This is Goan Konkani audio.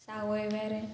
सावयवेरें